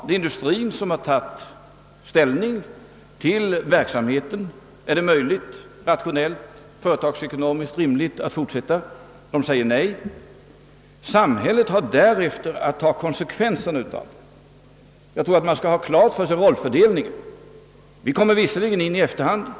Det är industrien som har tagit ställning till frågan om det är möjligt, rationellt och företagsekonomiskt rimligt att fortsätta verksamheten, och den säger nej. Samhället har därefter att ta konsekvenserna. Jag tror att man skall ha rollfördelningen klar för sig. Vi kommer visserligen in i efterhand.